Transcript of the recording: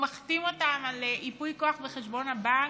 הוא מחתים אותם על ייפוי כוח בחשבון הבנק,